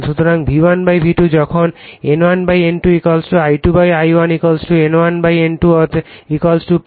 সুতরাং V1 V2 এখন N1 N2 I2 I1 N1 N2 K